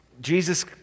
Jesus